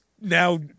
now